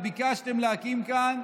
וביקשתם להקים כאן